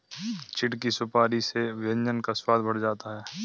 चिढ़ की सुपारी से व्यंजन का स्वाद बढ़ जाता है